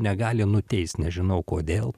negali nuteis nežinau kodėl